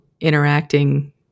Interacting